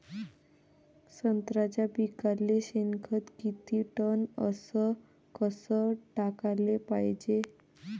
संत्र्याच्या पिकाले शेनखत किती टन अस कस टाकाले पायजे?